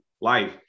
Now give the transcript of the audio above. life